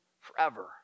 forever